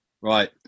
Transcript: right